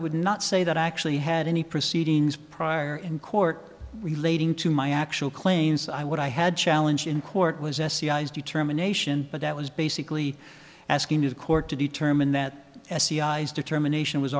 would not say that i actually had any proceedings prior in court relating to my actual claims i what i had challenge in court was sci's determination but that was basically asking the court to determine that sci's determination was